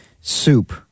soup